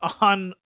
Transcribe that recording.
on